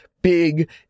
big